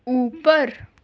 اوپر